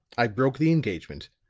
i broke the engagement,